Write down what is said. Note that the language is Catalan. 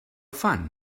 fan